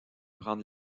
prendre